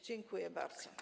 Dziękuję bardzo.